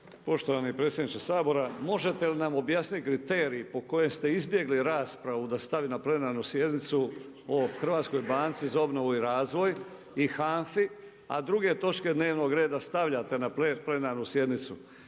Poštovani predsjedniče Sabora, možete li nam objasniti kriterij po kojem ste izbjegli raspravu da se stavi na plenarnu sjednici o HBOR-u i HANFA-i, a druge točke dnevnog reda stavljate na plenarnu sjednicu?